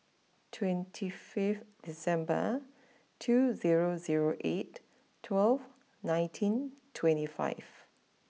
twenty five December two zero zero eight twelve nineteen twenty five